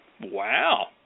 Wow